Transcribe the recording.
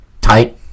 tight